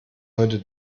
heute